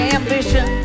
ambition